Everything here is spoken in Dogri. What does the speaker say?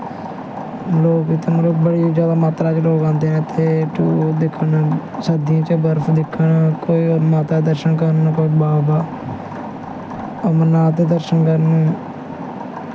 लोग इत्थै मतलब मतलब बड़ी जैदा मात्तरा च लोग औंदे न इत्थै दिक्खन नू सर्दियें च बर्फ दिक्खन कन्नै कोई माता दे दर्शन करन कोई बाबा अमरनाथ दे दर्शन करन नू